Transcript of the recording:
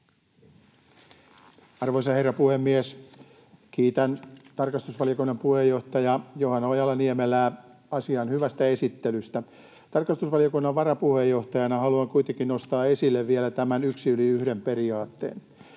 Arvoisa herra puhemies! Kiitän tarkastusvaliokunnan puheenjohtaja Johanna Ojala-Niemelää asian hyvästä esittelystä. — Tarkastusvaliokunnan varapuheenjohtajana haluan kuitenkin nostaa esille vielä tämän yksi yli yhden ‑periaatteen: